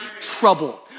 trouble